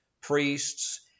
priests